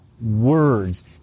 words